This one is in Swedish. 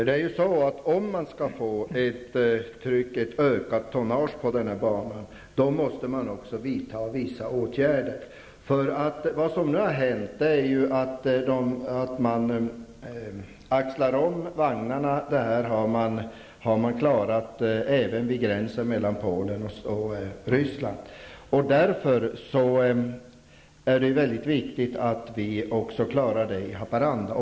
Fru talman! För att få ett ökat tonnage på banan måste man vidta vissa åtgärder. Vad som nu har hänt är att vagnarna måste axlas om. Det här har man klarat vid gränsen mellan Polen och Ryssland, och därför är det viktigt att vi också klarar det i Haparanda.